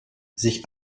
sich